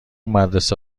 مدرسه